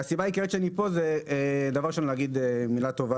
הסיבה העיקרית שאני פה זה כדי לומר מילה טובה